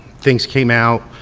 things came out,